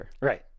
right